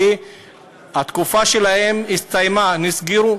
והתקופה שלהם הסתיימה נסגרו.